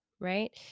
right